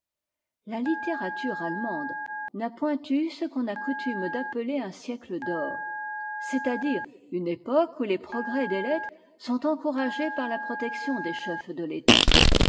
la littérature allemande n'a point eu ce qu'on a coutume d'appeler un siècle d'or c'est-à-dire une époque où les progrès des lettres sont encouragés par la protection des chefs de l'état